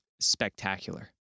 spectacular